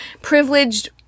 Privileged